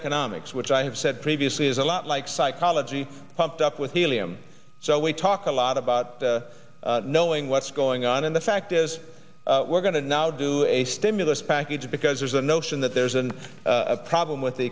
economics which i have said previously is a lot like psychology pumped up with helium so we talk a lot about knowing what's going on and the fact is we're going to now do a stimulus package because there's a notion that there isn't a problem with the